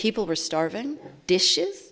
people were starving dishes